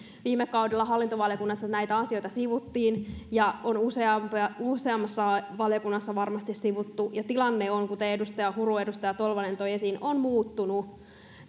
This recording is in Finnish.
viime kaudella hallintovaliokunnassa näitä asioita sivuttiin ja on useammassa valiokunnassa varmasti sivuttu ja kuten edustaja huru ja edustaja tolvanen toivat esiin tilanne on muuttunut